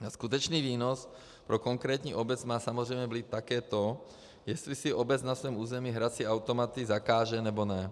Na skutečný výnos pro konkrétní obec má samozřejmě vliv také to, jestli si obec na svém území hrací automaty zakáže, nebo ne.